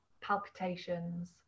palpitations